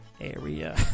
area